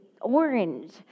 orange